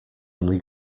only